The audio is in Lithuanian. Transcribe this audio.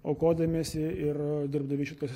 aukodamiesi ir dirbdami šituose